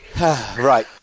Right